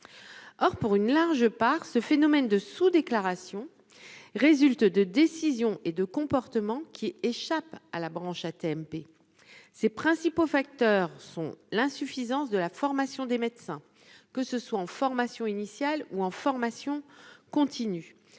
or pour une large part, ce phénomène de sous-déclaration résulte de décisions et de comportement qui échappe à la branche AT-MP ses principaux facteurs sont l'insuffisance de la formation des médecins, que ce soit en formation initiale ou en formation continue,